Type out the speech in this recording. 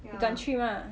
你敢去吗